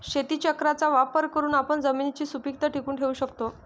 शेतीचक्राचा वापर करून आपण जमिनीची सुपीकता टिकवून ठेवू शकतो